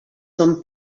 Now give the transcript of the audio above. són